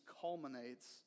culminates